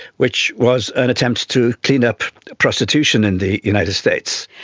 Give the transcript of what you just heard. which was an attempt to clean up prostitution in the united states.